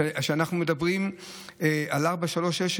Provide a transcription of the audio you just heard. כשאנחנו מדברים על 436,